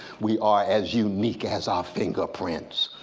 we are as unique as our fingerprints,